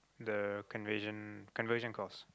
the conversion conversion course